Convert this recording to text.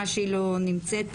הזה.